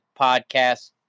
podcast